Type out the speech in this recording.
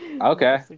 okay